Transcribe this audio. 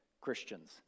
Christians